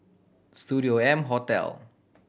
Studio M Hotel